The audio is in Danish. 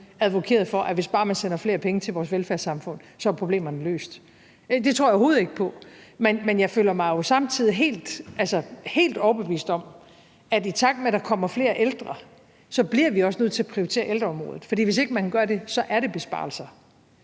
advokeret for, at hvis bare man sender flere penge til vores velfærdssamfund, så er problemerne løst. Det tror jeg overhovedet ikke på. Men jeg føler mig jo samtidig helt overbevist om, at i takt med at der kommer flere ældre, så bliver vi også nødt til at prioritere ældreområdet, for hvis ikke man gør det, så er det besparelser.